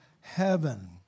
heaven